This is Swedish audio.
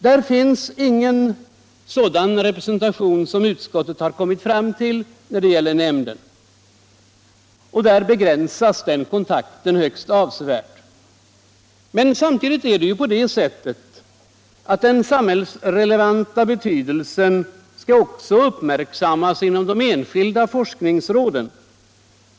Där finns ingen sådan representation som utskottet har kommit fram till när det gäller nämnden. Där begränsas kontakten högst avsevärt. Men samtidigt är det så att den samhällsrelevanta betydelsen också skall uppmärksammas inom de enskilda forskningsråden.